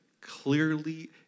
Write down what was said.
clearly